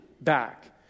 back